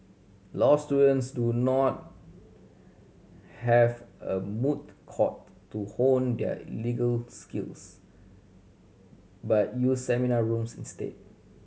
law students do not have a moot court to hone their legal skills but use seminar rooms instead